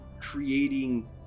creating